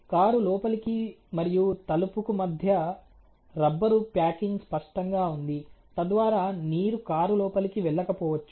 car లోపలికి మరియు తలుపుకు మధ్య రబ్బరు ప్యాకింగ్ స్పష్టంగా ఉంది తద్వారా నీరు కారు లోపలికి వెళ్ళకపోవచ్చు